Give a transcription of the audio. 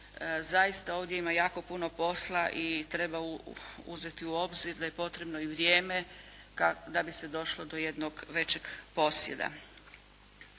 zaista ovdje ima jako puno posla i treba uzeti u obzir da je potrebno i vrijeme da bi se došlo do jednog većeg posjeda.